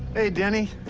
hey, danny.